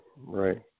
right